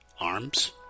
Arms